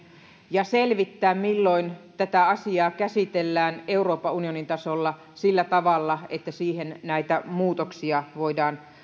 ja selvittää milloin tätä asiaa käsitellään euroopan unionin tasolla sillä tavalla että siihen näitä muutoksia voidaan